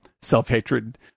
self-hatred